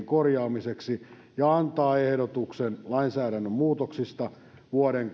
korjaamiseksi ja antaa ehdotuksen lainsäädännön muutoksista vuoden